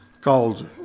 called